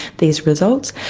these results.